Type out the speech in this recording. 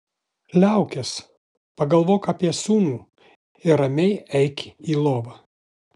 liaukis pagalvok apie sūnų ir ramiai eik į lovą